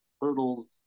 hurdles